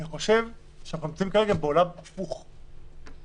אני חושב שאנחנו נמצאים כרגע בעולם הפוך וסליחה,